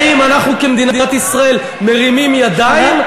האם אנחנו, כמדינת ישראל, מרימים ידיים?